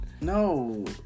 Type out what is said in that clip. No